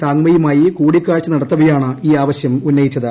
സാംഗ്മയുമായി കൂടിക്കാഴ്ച നടത്തവേയാണ് ഈ ആവശ്യം ഉന്നയിച്ചത്